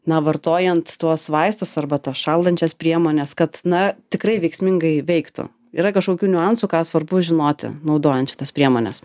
na vartojant tuos vaistus arba šaldančias priemones kad na tikrai veiksmingai veiktų yra kažkokių niuansų ką svarbu žinoti naudojant šitas priemones